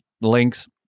links